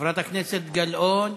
חברת הכנסת גלאון.